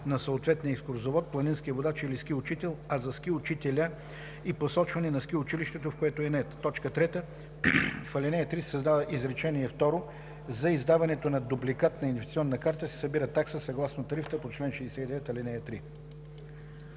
на съответния екскурзовод, планински водач или ски учител, а за ски учителя – и посочване на ски училището, в което е нает.“ 3. В ал. 3 се създава изречение второ: „За издаването на дубликат на идентификационната карта се събира такса съгласно тарифата по чл. 69, ал.